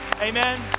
Amen